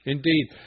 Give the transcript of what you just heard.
Indeed